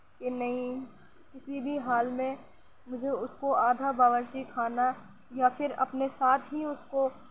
کہ نہیں کسی بھی حال میں مجھے اس کو آدھا باورچی خانہ یا پھر اپنے ساتھ ہی اس کو